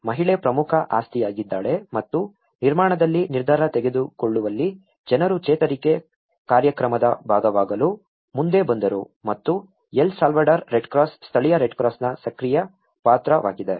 ಮಹಿಳೆ ಪ್ರಮುಖ ಆಸ್ತಿಯಾಗಿದಾಳೆ ಮತ್ತು ನಿರ್ಮಾಣದಲ್ಲಿ ನಿರ್ಧಾರ ತೆಗೆದುಕೊಳ್ಳುವಲ್ಲಿ ಜನರು ಚೇತರಿಕೆ ಕಾರ್ಯಕ್ರಮದ ಭಾಗವಾಗಲು ಮುಂದೆ ಬಂದರು ಮತ್ತು L ಸಾಲ್ವಡಾರ್ ರೆಡ್ಕ್ರಾಸ್ ಸ್ಥಳೀಯ ರೆಡ್ಕ್ರಾಸ್ನ ಸಕ್ರಿಯ ಪಾತ್ರವಾಗಿದೆ